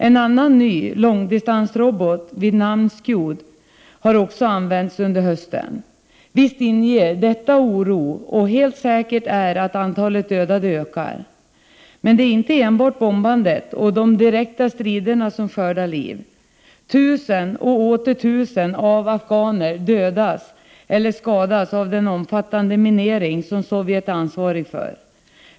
En annan, ny långdistansrobot, Scude, har också använts under hösten. Detta inger oro, och det är helt säkert att antalet dödade ökar. Men det är inte enbart bombandet och de direkta striderna som skördar liv. Tusen och åter tusen afghaner dödas eller skadas av den omfattande minering som Sovjet är ansvarig för.